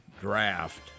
draft